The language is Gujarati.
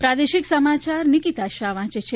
પ્રાદેશિક સમાયાર નિકિતા શાહ વાંચે છે